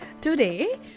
Today